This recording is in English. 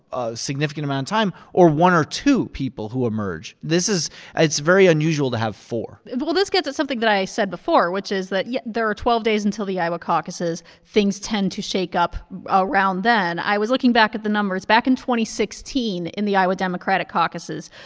a significant amount time or one or two people who emerge. this is it's very unusual to have four well, this gets at something that i said before, which is that yeah there are twelve days until the iowa caucuses. things tend to shake up around then. i was looking back at the numbers and sixteen, in the iowa democratic caucuses,